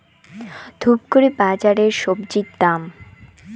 ধূপগুড়ি বাজারের স্বজি দাম?